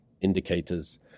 indicators